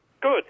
Good